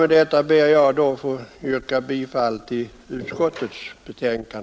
Med detta ber jag att få yrka bifall till utskottets hemställan.